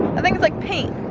i think it's like paint.